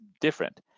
different